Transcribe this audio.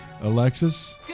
Alexis